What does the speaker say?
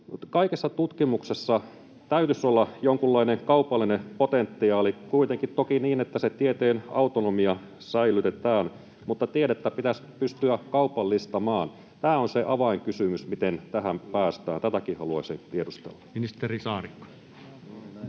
kaikessa tutkimuksessa täytyisi olla jonkunlainen kaupallinen potentiaali, kuitenkin toki niin, että se tieteen autonomia säilytetään, mutta tiedettä pitäisi pystyä kaupallistamaan. Tämä on se avainkysymys: miten tähän päästään? Tätäkin haluaisin tiedustella. Ministeri Saarikko.